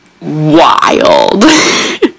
wild